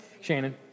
Shannon